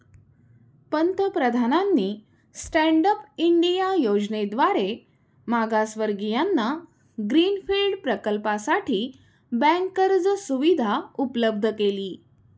पंतप्रधानांनी stand up India योजनेद्वारे मागासवर्गीयांना ग्रीन फील्ड प्रकल्पासाठी बँक कर्ज सुविधा उपलब्ध केली